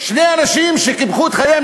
ששני אנשים קיפחו את חייהם,